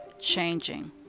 changing